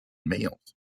males